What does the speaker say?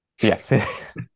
Yes